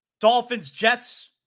Dolphins-Jets